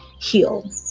heal